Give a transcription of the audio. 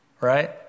right